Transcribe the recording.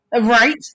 Right